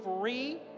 free